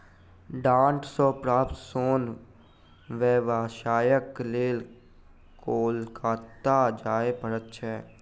डांट सॅ प्राप्त सोन व्यवसायक लेल कोलकाता जाय पड़ैत छै